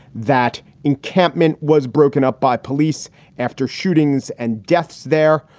that encampment was broken up by police after shootings and deaths there.